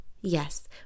Yes